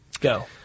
Go